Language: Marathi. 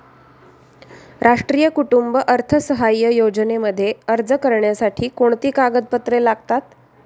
राष्ट्रीय कुटुंब अर्थसहाय्य योजनेमध्ये अर्ज करण्यासाठी कोणती कागदपत्रे लागतात?